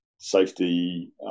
safety